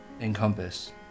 encompass